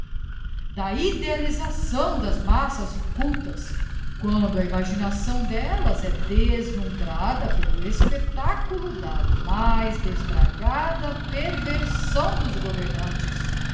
da idealisação das massas incultas quando a imaginação d'ellas é deslumbrada pelo espectáculo da mais desbragada perversão dos governantes